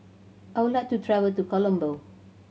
I would like to travel to Colombo